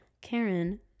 Karen